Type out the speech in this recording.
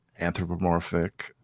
anthropomorphic